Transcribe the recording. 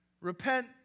Repent